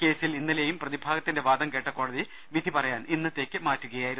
കേസിൽ ഇന്നലേയും പ്രതിഭാഗത്തിന്റെ വാദം കേട്ട കോടതി വിധി പറയാൻ ഇന്നത്തേക്ക് മാറ്റുകയായിരുന്നു